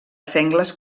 sengles